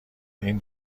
این